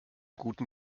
guten